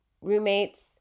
roommates